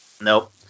Nope